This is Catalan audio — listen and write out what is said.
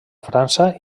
frança